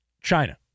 China